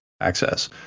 access